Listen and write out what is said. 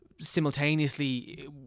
simultaneously